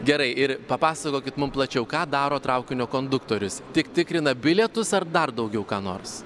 gerai ir papasakokit mum plačiau ką daro traukinio konduktorius tik tikrina bilietus ar dar daugiau ką nors